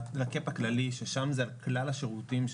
בשנה הזאת נתקין את הצו ואז זה יימחק או משהו